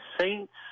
saints